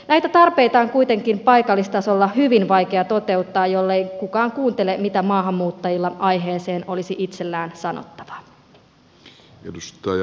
näitä tarpeita on kuitenkin paikallistasolla hyvin vaikea toteuttaa jollei kukaan kuuntele mitä maahanmuuttajilla aiheeseen olisi itsellään sanottavaa